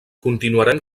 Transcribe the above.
continuarem